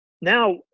now